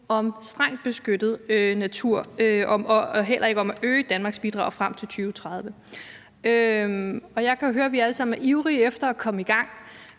om strengt beskyttet natur og heller ikke om at øge Danmarks bidrag frem til 2030. Jeg kan høre, at vi alle sammen er ivrige efter at komme i gang,